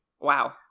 wow